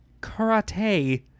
karate